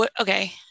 Okay